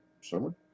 Summer